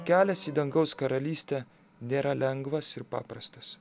kelias į dangaus karalystę nėra lengvas ir paprastas